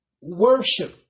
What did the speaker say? worship